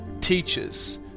teachers